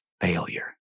failure